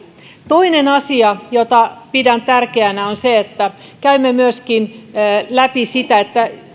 toinen asia jota pidän tärkeänä on se että käymme läpi myöskin sitä että